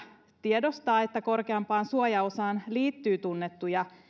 tiedostaa että korkeampaan suojaosaan liittyy tunnettuja